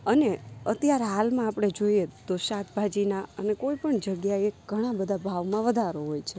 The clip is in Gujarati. અને અત્યાર હાલમાં આપણે જોઈએ તો શાકભાજીના અને કોઈપણ જગ્યાએ ઘણા બધા ભાવમાં વધારો હોય છે